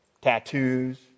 tattoos